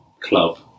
club